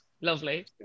lovely